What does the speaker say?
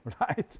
right